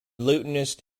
lutenist